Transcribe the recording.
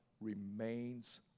remains